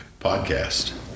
podcast